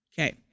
okay